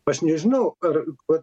aš nežinau ar vat